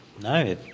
No